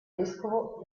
vescovo